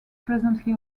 presently